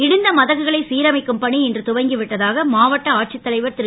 இடிந்த மதகுகளை சீரமைக்கும் பணி இன்று துவங்கி விட்டதாக மாவட்ட ஆட்சித் தலைவர் ரு